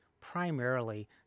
primarily